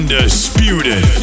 Undisputed